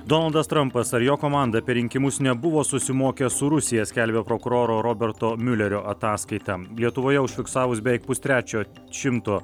donaldas trampas ar jo komanda per rinkimus nebuvo susimokę su rusija skelbia prokuroro roberto miulerio ataskaita lietuvoje užfiksavus beveik pustrečio šimto